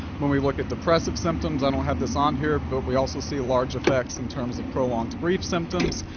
when we look at depressive symptoms, i don't have this on here, but we also see large effects in terms of prolonged brief symptoms.